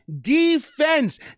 Defense